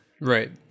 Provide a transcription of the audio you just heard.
right